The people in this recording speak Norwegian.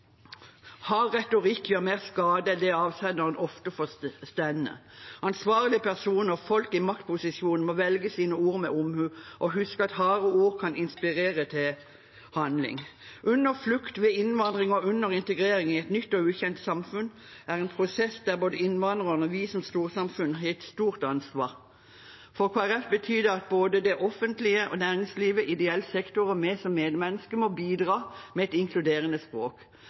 retorikk gjør mer skade enn det avsenderen ofte forstår. Ansvarlige personer og folk i maktposisjoner må velge sine ord med omhu og huske at harde ord kan inspirere til handling. Under flukt, ved innvandring og under integrering i et nytt og ukjent samfunn er det en prosess der både innvandrerne og vi som storsamfunn har et stort ansvar. For Kristelig Folkeparti betyr det at både det offentlige og næringslivet, ideell sektor og vi som medmennesker må bidra med et inkluderende språk.